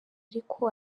ariko